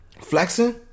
Flexing